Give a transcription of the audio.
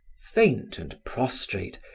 faint and prostrate,